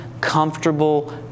comfortable